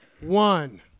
one